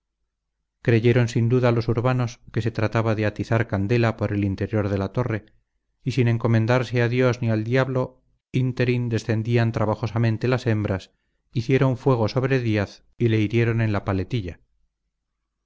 creyeron sin duda los urbanos que se trataba de atizar candela por el interior de la torre y sin encomendarse a dios ni al diablo ínterin descendían trabajosamente las hembras hicieron fuego sobre díaz y le hirieron en la paletilla